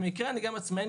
במקרה אני גם עצמאי.